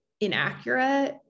inaccurate